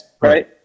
Right